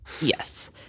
Yes